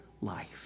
life